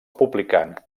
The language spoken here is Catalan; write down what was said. publicant